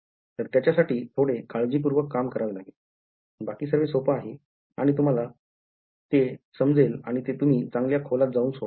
तर त्याच्यासाठी थोडे काळजीपूर्वक काम करावे लागेल बाकी सर्वे सोपे आहे आणि तुम्हाला ते समजेल आणि ते तुम्ही चांगली खोलात जाऊन सोडवाल